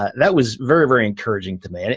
that was very, very encouraging to me. and